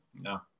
No